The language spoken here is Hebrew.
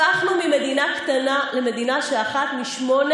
הפכנו ממדינה קטנה למדינה שהיא אחת משמונה